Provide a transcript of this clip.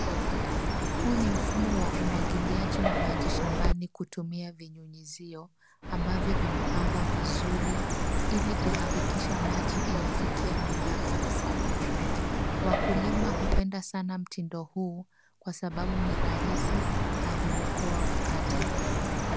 Huu ni mfumo wa umwagiliaji wa maji shambani kutumia vinyunyizio ambavyo vimepangwa vizuri ili kuhakikisha maji imefikia mimea kwa usawa. Wakulima hupenda sana mtindo huu kwa sababu ni rahisi na huokoa wakati.